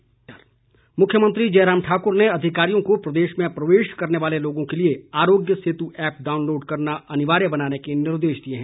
जयराम मुख्यमंत्री जयराम ठाकुर ने अधिकारियों को प्रदेश में प्रवेश करने वाले लोगों के लिए आरोग्य सेतु ऐप डाउनलोड करना अनिवार्य बनाने के निर्देश दिए हैं